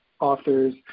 authors